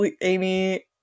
Amy